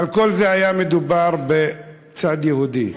אבל כל זה, היה מדובר בצד היהודי.